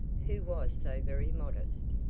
who was so very modest!